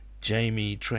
Jamie